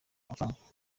amafaranga